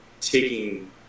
taking